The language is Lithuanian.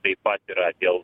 taip pat yra dėl